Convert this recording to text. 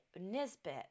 Nisbet